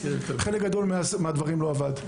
חלק גדול מן הדברים לא עבד.